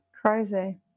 crazy